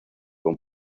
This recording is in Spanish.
con